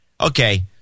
Okay